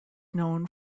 known